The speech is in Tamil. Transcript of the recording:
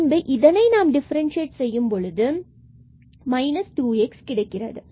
பின்பு இதை x2 4 y2 டிஃபரண்சியேட் செய்யும்பொழுது 2x கிடைக்கிறது